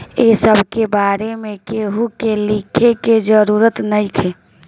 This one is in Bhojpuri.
ए सब के बारे में केहू के लिखे के जरूरत नइखे